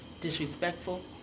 disrespectful